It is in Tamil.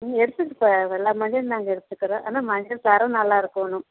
ம் எடுத்துக்கிட்ட எல்லா மஞ்சளையும் நாங்கள் எடுத்துக்குறோம் ஆனால் மஞ்சள் தரம் நல்லாருக்கணும்